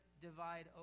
divide